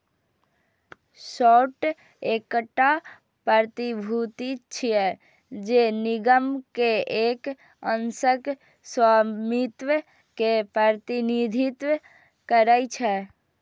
stock एकटा प्रतिभूति छियै, जे निगम के एक अंशक स्वामित्व के प्रतिनिधित्व करै छै